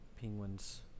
penguins